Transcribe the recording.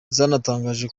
zatangaje